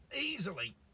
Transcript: easily